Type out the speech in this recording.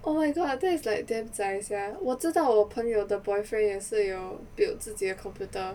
oh my god that's like damn zai sia 我知道我朋友的 boyfriend 也是有 build 自己的 computer